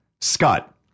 Scott